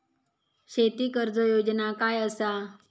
शेती कर्ज योजना काय असा?